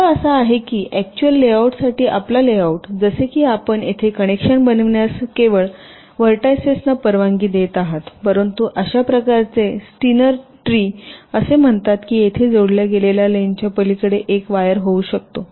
मुद्दा असा आहे की एकचुअल लेआउटसाठी आपला लेआउट जसे की आपण येथे कनेक्शन बनविण्यास केवळ व्हर्टायसेसना परवानगी देत आहात परंतु अशा प्रकारचे स्टीनर ट्री असे म्हणतात की येथे जोडल्या गेलेल्या लेन्थच्या पलीकडे एक वायर होऊ शकतो